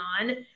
on